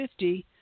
50